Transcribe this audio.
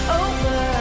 over